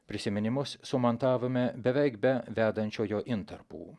prisiminimus sumontavome beveik be vedančiojo intarpų